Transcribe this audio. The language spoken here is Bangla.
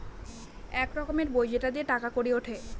এক রকমের বই সেটা দিয়ে টাকা কড়ি উঠে